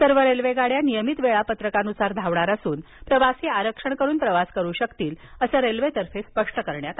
सर्व रेल्वेगाड्या नियमित वेळापत्रकानुसार धावणार असून प्रवासी आरक्षण करून प्रवास करू शकतील असं रेल्वेतर्फे स्पष्ट करण्यात आलं आहे